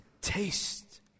taste